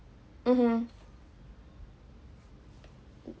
mmhmm